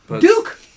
Duke